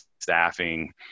staffing